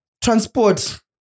Transport